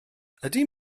ydy